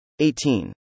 18